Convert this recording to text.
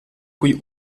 cui